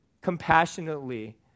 compassionately